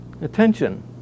Attention